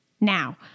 now